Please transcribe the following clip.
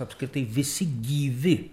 apskritai visi gyvi